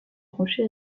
rocher